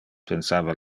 pensava